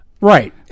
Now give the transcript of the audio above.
Right